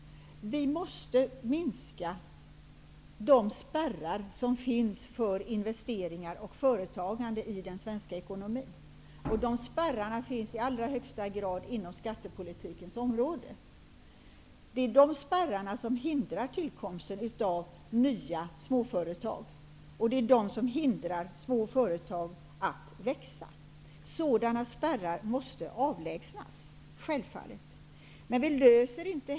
Vi måste minska de spärrar som finns för investeringar och företagande i den svenska ekonomin, och de spärrarna finns i allra högsta grad på skattepolitikens område. Det är de som hindrar tillkomsten av nya småföretag, och det är de som hindrar små företag att växa. Sådana spärrar måste självfallet avlägsnas.